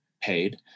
paid